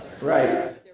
right